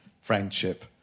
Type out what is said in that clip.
friendship